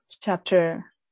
chapter